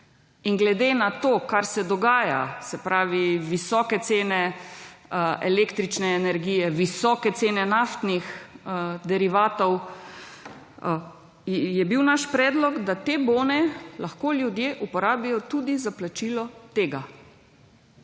Glede na to, kar se dogaja se pravi visoke cene električne energije, visoke cene naftnih derivatov je bil naš predlog, da te bone lahko ljudje uporabijo tudi za plačilo tega.